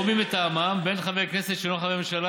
או מי מטעמם ובין חבר הכנסת שאינו חבר בממשלה